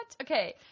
Okay